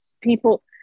People